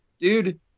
dude